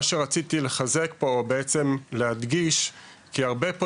מה שרציתי לחזק ולהדגיש כי הרבה פה